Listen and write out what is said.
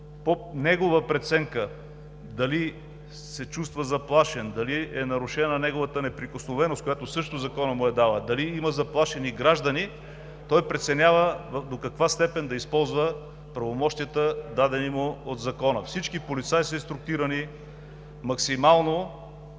негова преценка – дали се чувства заплашен, дали е нарушена неговата неприкосновеност, която законът също му дава, дали има заплашени граждани, преценява до каква степен да използва правомощията, дадени му от закона. Всички полицаи са инструктирани максимално